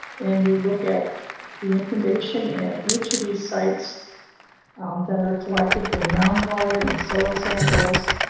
and we look at the information at each of these sites that are collected from groundwater and soil samples,